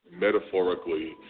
metaphorically